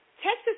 Texas